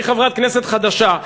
שהיא חברת כנסת חדשה,